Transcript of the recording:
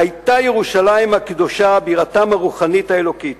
היתה ירושלים הקדושה בירתם הרוחנית האלוקית.